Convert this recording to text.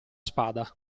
spada